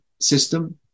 system